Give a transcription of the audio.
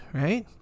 right